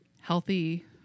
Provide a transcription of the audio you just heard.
healthy